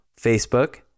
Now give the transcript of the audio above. Facebook